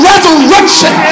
Resurrection